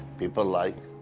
people like,